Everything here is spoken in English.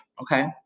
Okay